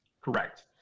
Correct